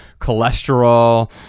cholesterol